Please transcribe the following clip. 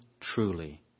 truly